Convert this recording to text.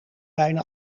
bijna